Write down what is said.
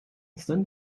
stand